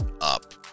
up